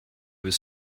was